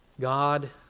God